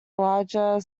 larger